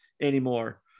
anymore